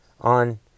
on